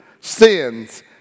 sins